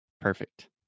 Perfect